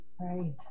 right